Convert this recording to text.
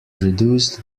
reduced